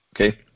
okay